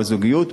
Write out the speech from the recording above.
בזוגיות,